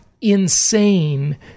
insane